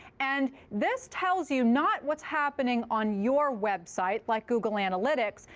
and this tells you not what's happening on your website like google analytics.